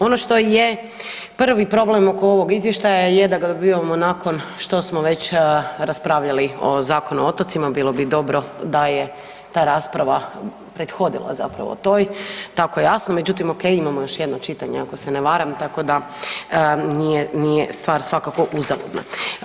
Ono što je prvi problem oko ovog izvještaja je da ga dobivamo nakon što smo već raspravljali o Zakonu o otocima, bilo bi dobro da je ta rasprava prethodila zapravo toj, tako jasno, međutim, ok, imamo još jednom čitanje ako se ne varam, tako da nije stvar svakako uzaludna.